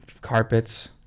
Carpets